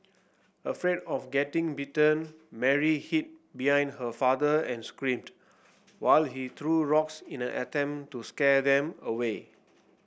afraid of getting bitten Mary hid behind her father and screamed while he threw rocks in an attempt to scare them away